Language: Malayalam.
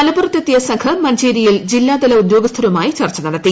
മലപ്പുറത്ത് എത്തിയ സംഘം മഞ്ചേരിയിൽ ജില്ലാ തല ഉദ്യോഗസ്ഥരുമായി ചർച്ച നടത്തി